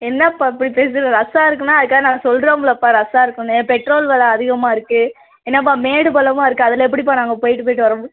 என்னப்பா இப்படி பேசுகிற ரஸ்ஸாக இருக்குன்னால் அதுக்காக நாங்கள் சொல்கிறோம்லப்பா ரஸ்ஸாக இருக்குதுன்னு பெட்ரோல் விலை அதிகமாக இருக்குது என்னப்பா மேடு பள்ளமாக இருக்குது அதில் எப்படிப்பா நாங்கள் போய்விட்டு போய்விட்டு வர்றது